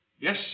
Yes